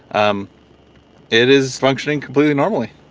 um it is functioning completely normally.